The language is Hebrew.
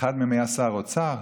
אחד מהם היה שר אוצר,